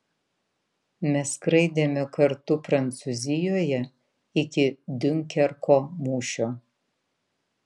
mes skraidėme kartu prancūzijoje iki diunkerko mūšio